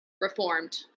reformed